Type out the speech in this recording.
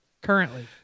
currently